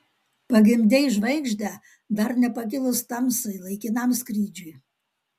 pagimdei žvaigždę dar nepakilus tamsai laikinam skrydžiui